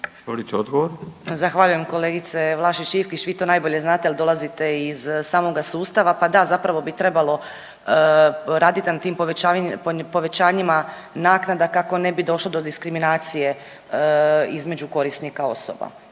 (Nezavisni)** Zahvaljujem kolegice Vlašić Iljkić, vi to najbolje znate jer dolazite iz samoga sustava. Pa da, zapravo bi trebalo raditi na tim povećanjima naknada kako ne bi došlo do diskriminacije između korisnika osoba